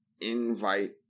invite